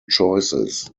choices